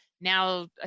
Now